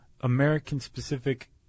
American-specific